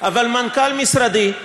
שמנכ"ל משרדי,